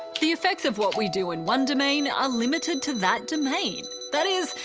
the effects of what we do in one domain are limited to that domain. that is,